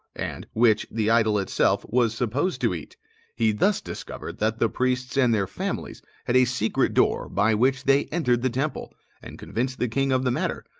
and which the idol itself was supposed to eat he thus discovered that the priests and their families had a secret door by which they entered the temple and convinced the king of the matter,